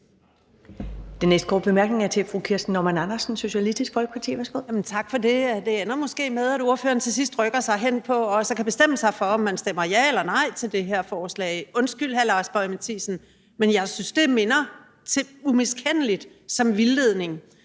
Den næste korte bemærkning er til fru Kirsten Normann Andersen, Socialistisk Folkeparti. Værsgo. Kl. 10:50 Kirsten Normann Andersen (SF): Tak for det. Det ender måske med, at ordføreren til sidst når frem til at bestemme sig for, om man stemmer ja eller nej til det her forslag. Undskyld, hr. Lars Boje Mathiesen, men jeg synes, det minder umiskendeligt om vildledning,